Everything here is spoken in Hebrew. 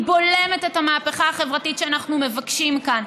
היא בולמת את המהפכה החברתית שאנחנו מבקשים כאן.